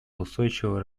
устойчивого